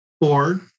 board